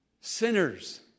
sinners